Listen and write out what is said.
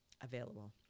available